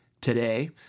today